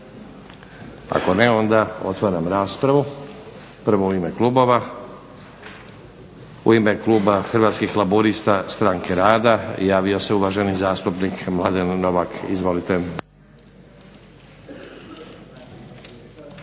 Ako ne, onda otvaram raspravu. Prvo u ime klubova. U ime Kluba Hrvatskih laburista, stranke rada javio se uvaženi zastupnik Mladen Novak. Izvolite.